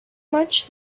much